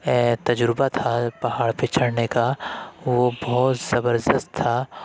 تجربہ تھا پہاڑ پہ چڑھنے کا وہ بہت زبردست تھا